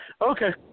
Okay